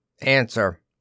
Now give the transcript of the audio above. Answer